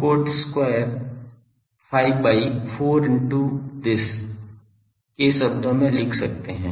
cot square phi by 4 into this के शब्दों में लिख सकते है